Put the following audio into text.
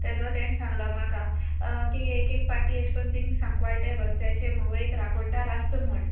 तेदो तेणें सांगलो म्हाका की एक एक पाटी एशे कोन तींग सांगवाळे त्या रोस्त्याचे मुगो एक राखोणदार आसता म्हूण